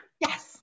Yes